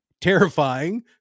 terrifying